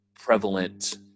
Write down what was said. prevalent